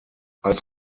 als